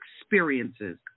experiences